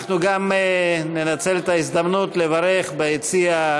אנחנו גם ננצל את ההזדמנות לברך, ביציע,